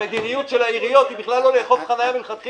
המדיניות של העיריות היא בכלל לא לאכוף חניה מלכתחילה.